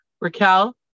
Raquel